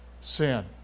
sin